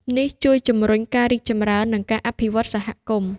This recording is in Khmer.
នេះជួយជំរុញការរីកចម្រើន និងការអភិវឌ្ឍសហគមន៍។